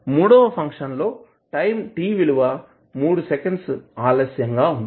మూడవ ఫంక్షన్ లో time t విలువ 3 సెకండ్స్ ఆలస్యంగా ఉంటుంది